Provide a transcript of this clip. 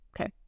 Okay